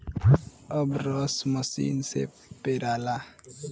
अब रस मसीन से पेराला